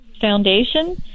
foundation